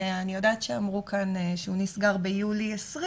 אני יודעת שאמרו כאן שהוא נסגר ביולי 20',